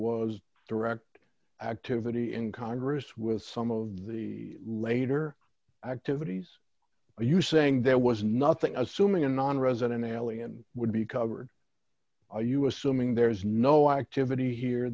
was direct activity in congress with some of the later activities are you saying there was nothing assuming a nonresident alien would be covered are you assuming there is no activity here